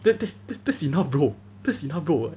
tha~ tha~ that's enough bro that's enough bro